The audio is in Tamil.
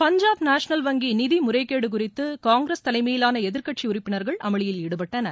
பஞ்சாப் நேஷனல் வங்கி நிதி முறைகேடு குறித்து காங்கிரஸ் தலைமையிலான எதிர்க்கட்சி உறுப்பினர்கள் அமளியில் ஈடுபட்டனர்